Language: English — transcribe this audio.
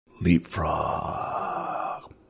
Leapfrog